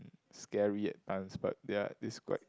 scary at times but they are described